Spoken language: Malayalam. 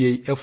I F